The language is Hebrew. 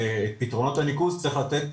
ופתרונות הניקוז צריך לתת,